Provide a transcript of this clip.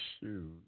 Shoot